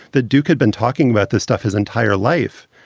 the duke had been talking about the stuff his entire life.